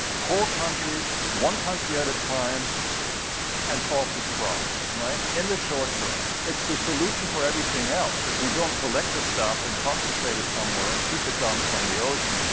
whole country, one country at a time and solve this problem. right? in the short term, it's the solution for everything else. if we don't collect the stuff and concentrate it somewhere and keep it down from the ocean,